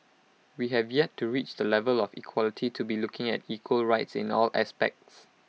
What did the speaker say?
we have yet to reach the level of equality to be looking at equal rights in all aspects